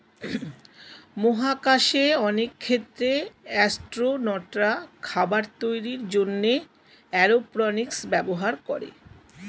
মহাকাশে অনেক ক্ষেত্রে অ্যাসট্রোনটরা খাবার তৈরির জন্যে এরওপনিক্স ব্যবহার করে